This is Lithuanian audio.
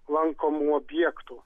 lankomų objektų